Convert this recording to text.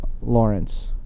Lawrence